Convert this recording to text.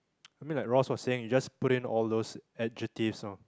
I mean like Ross was saying you just put in those adjectives of